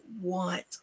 want